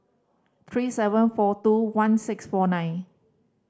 three seven four two one six four nine